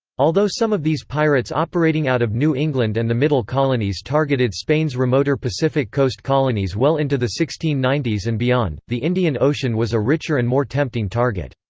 although some of these pirates operating out of new england and the middle colonies targeted spain's remoter pacific coast colonies well into the sixteen ninety s and beyond, the indian ocean was a richer and more tempting target.